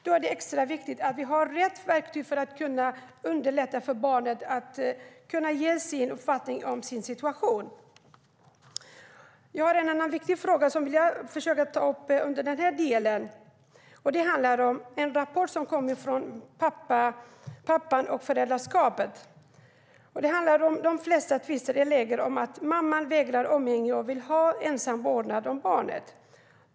Då är det extra viktigt att vi har rätt verktyg att underlätta för barnen att kunna ge sin uppfattning om situationen. En annan viktig fråga som jag vill lyfta fram är en rapport från Pappan & föräldraskapet. Det handlar om att mamman i de flesta tvister vägrar pappan umgänge och vill ha ensam vårdnad om barnet.